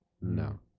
No